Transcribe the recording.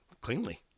Cleanly